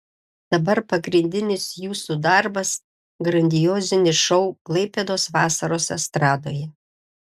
dabar pagrindinis jūsų darbas grandiozinis šou klaipėdos vasaros estradoje